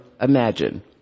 imagine